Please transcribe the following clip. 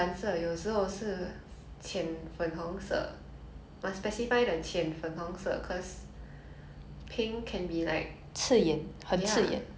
pink can be like ya 很 ya so must specify the 浅粉红色 but ya depends on my mood loh 我的心情